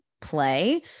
play